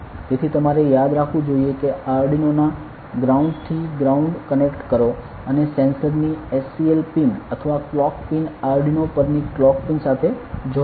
તેથી તમારે યાદ રાખવું જોઈએ કે આરડ્યુનોના ગ્રાઉન્ડ થી ગ્રાઉન્ડ કનેક્ટ કરો અને સેન્સર ની SCL પિન અથવા ક્લોક પિન આરડ્યુનો પરની ક્લોક પિન સાથે જોડો